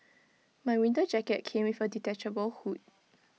my winter jacket came with A detachable hood